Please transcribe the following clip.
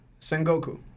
Sengoku